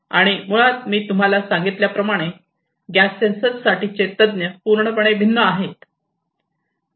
आणि मुळात मी तुम्हाला सांगितल्याप्रमाणे गॅस सेन्सर साठीचे तज्ञ पूर्णपणे भिन्न आहेत